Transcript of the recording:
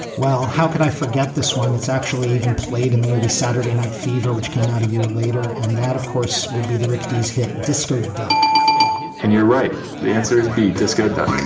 well, how could i forget this one? it's actually even played in the movie saturday night fever, which came out a year later. and that, of course, would be the rick d hit disco duck and you're right. the answer is b, disco the.